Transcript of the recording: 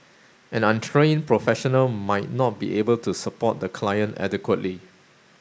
an untrained professional might not be able to support the client adequately